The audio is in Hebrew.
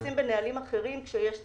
אנחנו יוצאים בנהלים אחרים כשיש צורך.